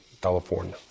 California